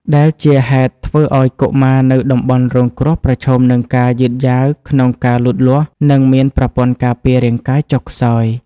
ដែលជាហេតុធ្វើឱ្យកុមារនៅតំបន់រងគ្រោះប្រឈមនឹងការយឺតយ៉ាវក្នុងការលូតលាស់ និងមានប្រព័ន្ធការពាររាងកាយចុះខ្សោយ។